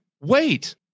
wait